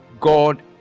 God